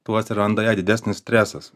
tuo atsiranda jai didesnis stresas